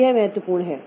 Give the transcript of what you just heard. तो यह महत्वपूर्ण है